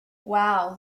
wow